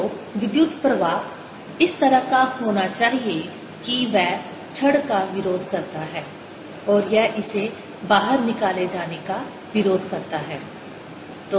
तो विद्युत प्रवाह इस तरह का होना चाहिए कि वह छड़ का विरोध करता है और यह इसे बाहर निकाले जाने का विरोध करता है